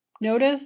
notice